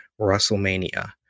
WrestleMania